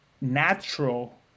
natural